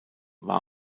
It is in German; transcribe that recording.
war